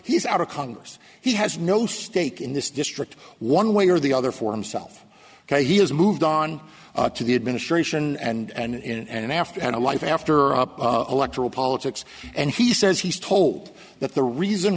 he's out of congress he has no stake in this district one way or the other for himself he has moved on to the administration and after had a life after electoral politics and he says he's told that the reason